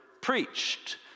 preached